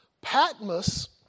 Patmos